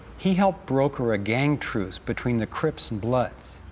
he helped broker a gang truce between the crips and bloods.